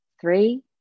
three